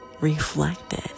reflected